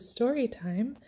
Storytime